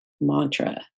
mantra